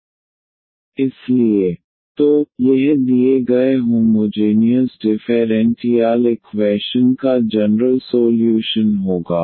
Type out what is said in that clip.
इसलिए yc1c2xeαxc3e3xcnenx तो यह दिए गए होमोजेनियस डिफेरेंटियाल इक्वैशन का जनरल सोल्यूशन होगा